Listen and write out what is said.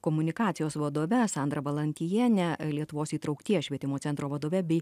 komunikacijos vadove sandra valantiejiene lietuvos įtraukties švietimo centro vadove bei